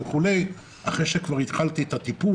אחרי שכבר התחלתי את הטיפול,